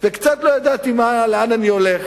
וקצת לא ידעתי לאן אני הולך,